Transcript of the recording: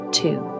two